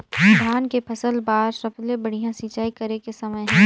धान के फसल बार सबले बढ़िया सिंचाई करे के समय हे?